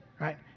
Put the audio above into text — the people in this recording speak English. right